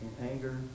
anger